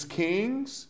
kings